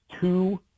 two